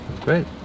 Great